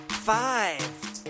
Five